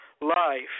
life